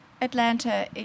Atlanta